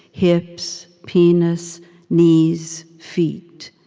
hips, penis knees, feet.